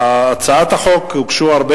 להצעת החוק הוגשו הרבה